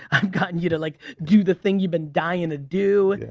i've gotten you to like do the thing you've been dying to do.